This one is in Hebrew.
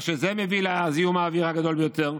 מה שמביא לזיהום האוויר הגדול ביותר,